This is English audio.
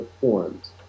forms